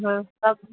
हँ सब